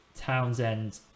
Townsend